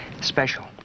special